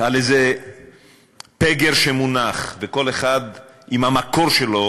קרא לזה פגר שמונח, וכל אחד עם המקור שלו